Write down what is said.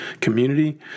community